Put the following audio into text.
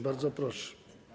Bardzo proszę.